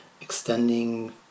extending